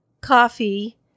coffee